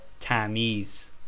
tamiz